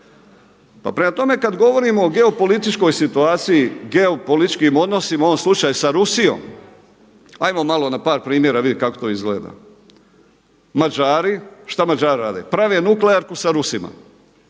Pa prema tome, kad govorimo o geopolitičkoj situaciji, geopolitičkim odnosima u ovom slučaju sa Rusijom, hajmo malo na par primjera vidjeti kako to izgleda. Mađari – šta Mađari rade? Prave nuklearku sa Rusima.